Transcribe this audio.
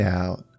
out